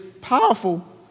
powerful